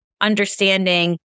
understanding